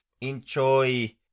enjoy